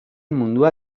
mundua